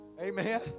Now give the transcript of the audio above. Amen